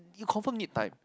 you confirm need time